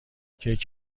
کیک